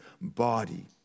body